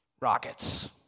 Rockets